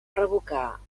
revocar